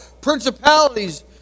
principalities